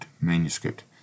manuscript